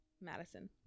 Madison